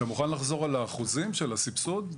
תוכל לחזור על האחוזים של הסבסוד?